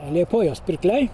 liepojos pirkliai